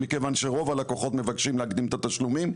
מכיוון שרוב הלקוחות מבקשים להקדים את התשלומים,